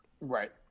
Right